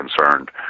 concerned